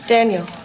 Daniel